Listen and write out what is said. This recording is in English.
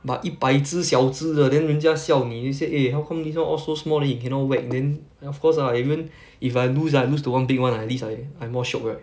but 一百只小子的 then 人家笑你 then say eh how come this [one] all so small then you cannot whack then then of course lah even if I lose I lose to one big [one] at least I I more shiok right